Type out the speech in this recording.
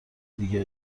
دیگه